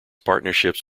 partnerships